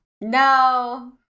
No